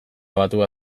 batua